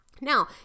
Now